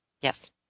Yes